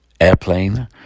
Airplane